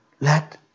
Let